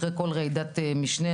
אחרי כל רעידת משנה,